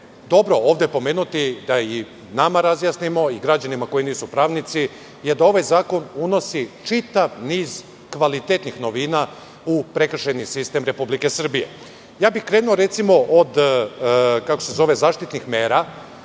dobro ovde pomenuti, da i nama razjasnimo i građanima koji nisu pravnici jeste da ovaj zakon unosi čitav niz kvalitetnih novina u prekršajni sistem Republike Srbije. Krenuo bih od zaštitnih mera,